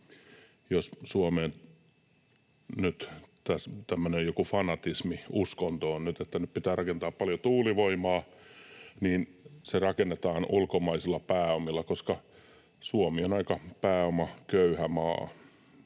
joku fanatismi, uskonto, että nyt pitää rakentaa paljon tuulivoimaa, niin se rakennetaan ulkomaisilla pääomilla, koska Suomi on aika pääomaköyhä maa.